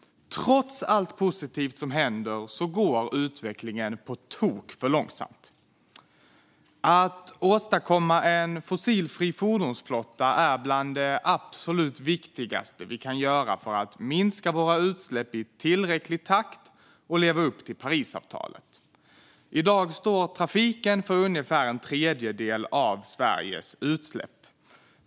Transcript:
Trots allt positivt som händer går utvecklingen på tok för långsamt. Att åstadkomma en fossilfri fordonsflotta är bland det absolut viktigaste vi kan göra för att minska våra utsläpp i tillräcklig takt och leva upp till Parisavtalet. I dag står trafiken för ungefär en tredjedel av Sveriges utsläpp.